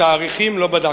אבל את התאריכים לא בדקת.